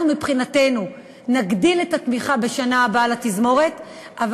אנחנו מבחינתנו נגדיל את התמיכה בתזמורת בשנה הבאה,